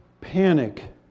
panic